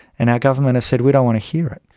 and our government has said we don't want to hear it.